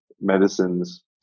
medicines